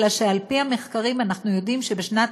אלא על פי המחקרים אנחנו יודעים שבשנת